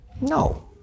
No